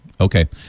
Okay